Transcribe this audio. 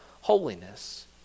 holiness